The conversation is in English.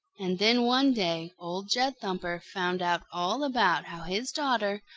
and then one day old jed thumper found out all about how his daughter,